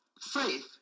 faith